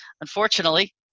Unfortunately